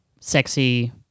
sexy